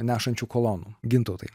nešančių kolonų gintautai